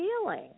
feeling